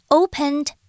opened